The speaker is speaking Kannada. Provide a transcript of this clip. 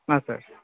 ಹಾಂ ಸರ್